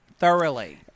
Thoroughly